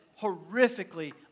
horrifically